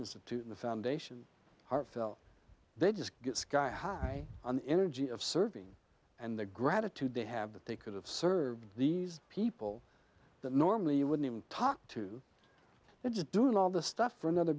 institute the foundation heart felt they just get sky high on energy of serving and the gratitude they have that they could have served these people that normally you wouldn't even talk to it's doing all this stuff for another